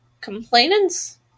Complainants